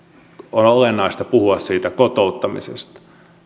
on olennaista puhua siitä kotouttamisesta